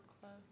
close